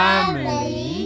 Family